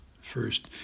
First